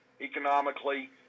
economically